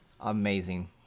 amazing